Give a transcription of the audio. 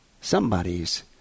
Somebody's